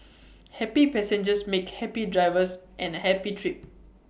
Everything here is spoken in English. happy passengers make happy drivers and A happy trip